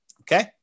Okay